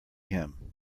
him